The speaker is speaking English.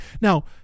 Now